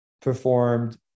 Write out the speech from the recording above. performed